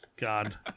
God